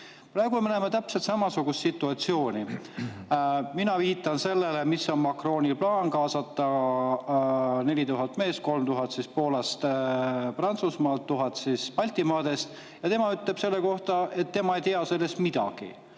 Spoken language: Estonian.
Praegu me näeme täpselt samasugust situatsiooni. Mina viitan sellele, mis on Macroni plaan: kaasata 4000 meest – 3000 Poolast ja Prantsusmaalt, 1000 Baltimaadest. Tema ütleb selle kohta, et tema ei tea sellest midagi.